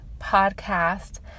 podcast